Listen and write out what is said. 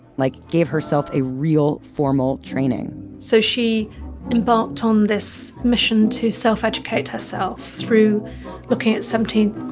like, gave herself a real formal training so she embarked on this mission to self-educate herself through looking at seventeenth,